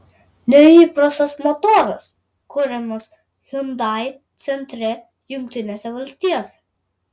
neįprastas motoras kuriamas hyundai centre jungtinėse valstijose